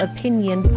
Opinion